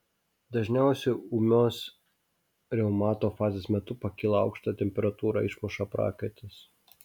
dažniausiai ūmios reumato fazės metu pakyla aukšta temperatūra išmuša prakaitas